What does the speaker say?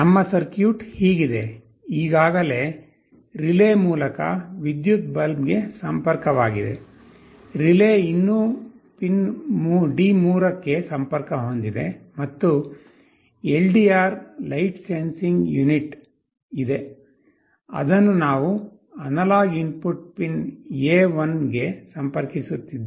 ನಮ್ಮ ಸರ್ಕ್ಯೂಟ್ ಹೀಗಿದೆ ಈಗಾಗಲೇ ರಿಲೇ ಮೂಲಕ ವಿದ್ಯುತ್ ಬಲ್ಬ್ ಗೆ ಸಂಪರ್ಕವಾಗಿದೆ ರಿಲೇ ಇನ್ನೂ ಪಿನ್ D3 ಕ್ಕೆ ಸಂಪರ್ಕ ಹೊಂದಿದೆ ಮತ್ತು ಎಲ್ಡಿಆರ್ ಲೈಟ್ ಸೆನ್ಸಿಂಗ್ ಯುನಿಟ್ ಇದೆ ಅದನ್ನು ನಾವು ಅನಲಾಗ್ ಇನ್ಪುಟ್ ಪಿನ್ A1 ಗೆ ಸಂಪರ್ಕಿಸುತ್ತಿದ್ದೇವೆ